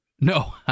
No